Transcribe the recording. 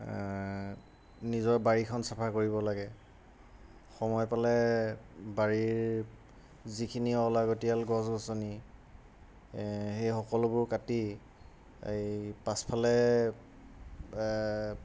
নিজৰ বাৰীখন চাফা কৰিব লাগে সময় পালে বাৰীৰ যিখিনি অলাগতিয়াল গছ গছনি সেই সকলোবোৰ কাটি এই পাছফালে